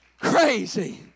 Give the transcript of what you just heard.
crazy